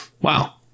Wow